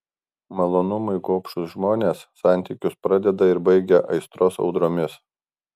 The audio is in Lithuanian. malonumui gobšūs žmonės santykius pradeda ir baigia aistros audromis